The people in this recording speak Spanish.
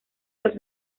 los